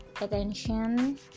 attention